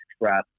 Express